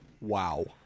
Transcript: Wow